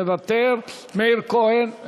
מוותר, מאיר כהן,